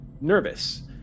nervous